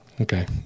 Okay